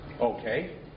Okay